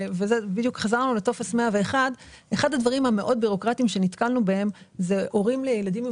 אחד הדברים המאוד בירוקרטיים שנתקלנו בהם אלה הורים לילדים עם